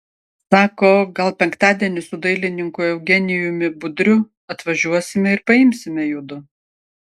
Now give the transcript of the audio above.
sako gal penktadienį su dailininku eugenijumi budriu atvažiuosime ir paimsime judu